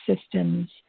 systems